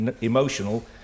emotional